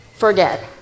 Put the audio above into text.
forget